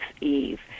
Eve